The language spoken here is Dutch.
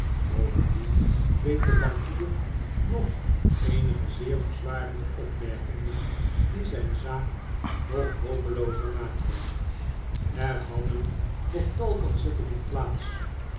bovendien deed de bankier nog eenige zeer verzwarende opmerkingen die zijn zaak nog hopeloozer maakten er hadden nog tal van zittingen plaats